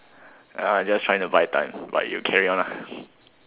just trying to buy time but you carry on lah